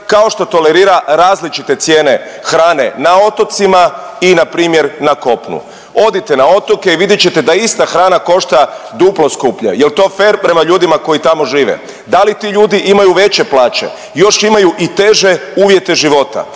kao što tolerira različite cijene hrane na otocima i npr. na kopnu. Odite na otoke i vidjet ćete da ista hrana košta duplo skuplje, jel to fer prema ljudima koji tamo žive, da li ti ljudi imaju veće plaće, još imaju i teže uvjete života